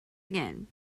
again